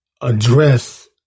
address